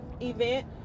event